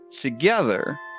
together